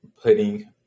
putting